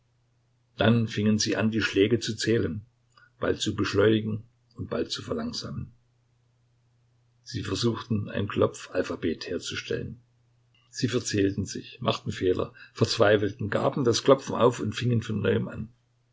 dann fingen sie an die schläge zu zählen bald zu beschleunigen und bald zu verlangsamen sie versuchten ein klopfalphabet herzustellen sie verzählten sich machten fehler verzweifelten gaben das klopfen auf und fingen von neuem an